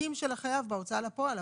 בתיקים של החייב בהוצאה לפועל,